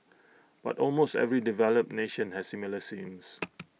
but almost every developed nation has similar schemes